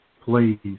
Please